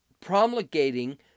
promulgating